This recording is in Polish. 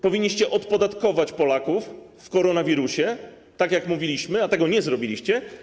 Powinniście odpodatkować Polaków w koronawirusie, tak jak mówiliśmy, a tego nie zrobiliście.